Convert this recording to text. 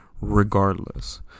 regardless